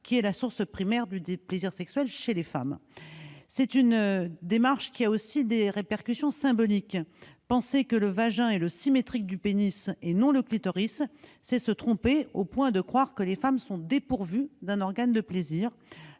qui est la source primaire du plaisir sexuel chez la femme. Cette démarche a également des répercussions symboliques. Penser que le vagin est le symétrique du pénis, alors que c'est le clitoris, c'est se tromper au point de croire que les femmes sont dépourvues d'un organe de plaisir.